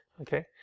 okay